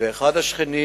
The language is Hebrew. ואחד השכנים